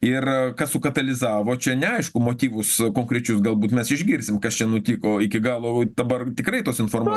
ir kas sukatalizavo čia neaišku motyvus o konkrečius galbūt mes išgirsim kas čia nutiko iki galo o dabar tikrai tos infor